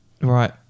Right